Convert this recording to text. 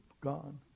Gone